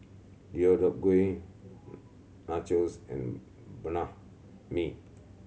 Deodeok Gui Nachos and Banh Mi